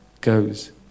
goes